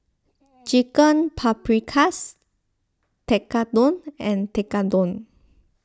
Chicken Paprikas Tekkadon and Tekkadon